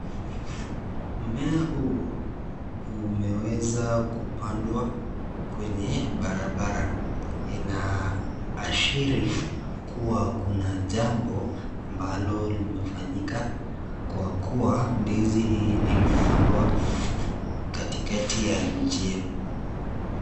Mmea huu umeweza kupandwa kwenye barabara, inaashiria kuwa kuna jambo ambalo limefanyika kwa kuwa ndizi hii imepandwa katikati ya njia.